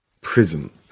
prism